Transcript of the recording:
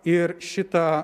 ir šitą